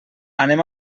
anem